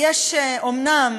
אומנם